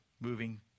moving